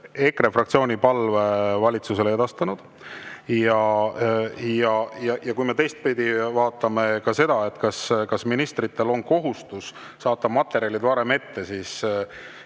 EKRE fraktsiooni palve valitsusele edastanud. Aga kui me teistpidi vaatame seda, kas ministritel on kohustus saata materjalid varem ette, siis